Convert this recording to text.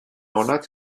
onak